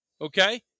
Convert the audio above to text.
okay